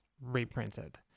reprinted